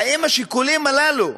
האם השיקולים הללו,